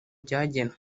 byagenwe